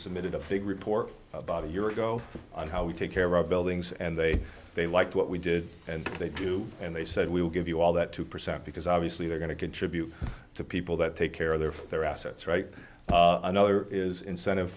submitted a big report about a year ago on how we take care of our buildings and they they liked what we did and they do and they said we'll give you all that two percent because obviously they're going to contribute to people that take care of their for their assets right another is incentive